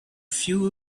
few